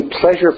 pleasure